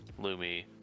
Lumi